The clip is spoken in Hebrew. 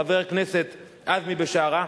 חבר הכנסת עזמי בשארה,